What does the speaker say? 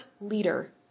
leader